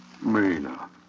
Mina